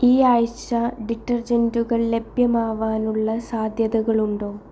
ഈ ആഴ്ച ഡിറ്റർജൻറ്റുകൾ ലഭ്യമാവാനുള്ള സാധ്യതകളുണ്ടോ